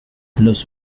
los